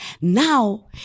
Now